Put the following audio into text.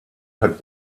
had